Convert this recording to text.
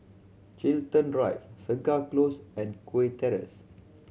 Chiltern Drive Segar Close and Kew Terrace